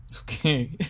Okay